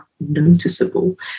noticeable